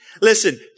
Listen